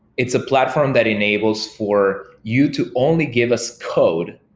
it's a platform that enables for you to only give us code.